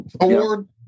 award